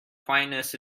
quietness